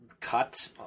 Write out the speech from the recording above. cut